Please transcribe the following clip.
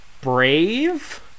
brave